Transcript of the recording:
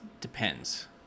depends